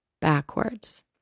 backwards